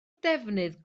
defnydd